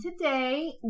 today